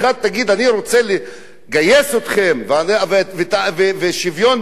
אני רוצה לגייס אתכם ושוויון בנטל,